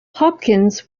hopkins